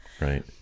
right